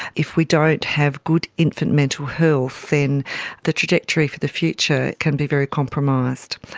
if we don't have good infant mental health, then the trajectory for the future can be very compromised.